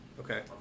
Okay